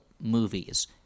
movies